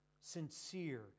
sincere